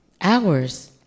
hours